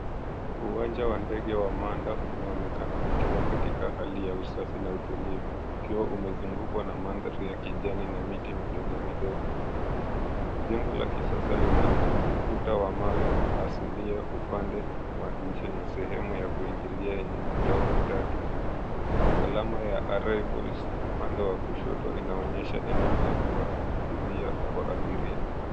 Uwanja wa ndege wa Manda unaonekana ukiwa katika hali safi na utulivu. Ukiwa umezungukwa na mandhari ya kijani na miti midogo midogo. Jengo la kisasa lina ukuta wa mawe asilia upande wa nje na sehemu yakuingilia yenye mataa matatu. Alama ya "Arrival," upande wa kushoto inaonyesha eneo la kuwazilia abiria.